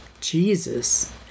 Jesus